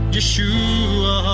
Yeshua